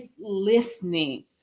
listening